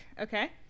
okay